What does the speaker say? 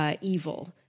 evil